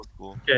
okay